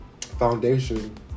foundation